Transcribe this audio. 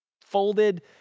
folded